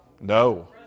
No